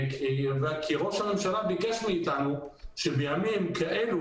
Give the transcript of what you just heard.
כי ראש הממשלה ביקש מאיתנו שבימים כאלו